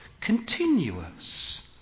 continuous